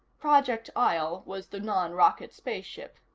project isle was the non-rocket spaceship.